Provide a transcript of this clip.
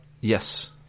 Yes